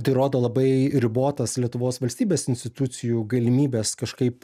tai rodo labai ribotas lietuvos valstybės institucijų galimybes kažkaip